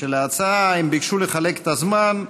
הם ביקשו לחלק את הזמן,